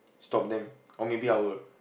stop them or maybe I would